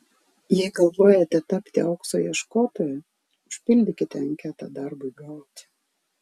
jei galvojate tapti aukso ieškotoja užpildykite anketą darbui gauti